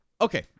Okay